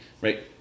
right